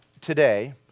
today